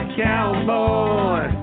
cowboy